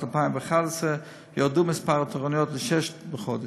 2011 ירד מספר התורנויות לשש בחודש,